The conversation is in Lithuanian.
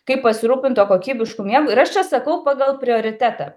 kaip pasirūpint tuo kokybišku miegu ir aš čia sakau pagal prioritetą